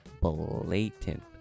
blatant